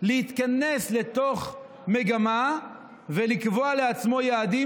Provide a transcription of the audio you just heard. להתכנס לתוך מגמה ולקבוע לעצמו יעדים,